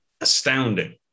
astounding